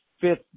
fifth